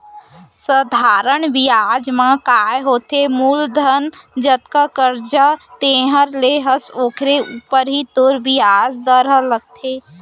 सधारन बियाज म काय होथे मूलधन जतका करजा तैंहर ले हस ओकरे ऊपर ही तोर बियाज दर ह लागथे